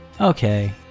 Okay